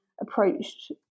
approached